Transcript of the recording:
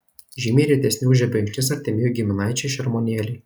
žymiai retesni už žebenkštis artimi jų giminaičiai šermuonėliai